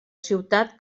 ciutat